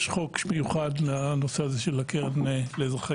יש חוק מיוחד לנושא הזה של הקרן לאזרחי